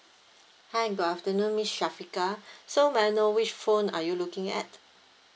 hi good afternoon miss syafiqah so may I know which phone are you looking at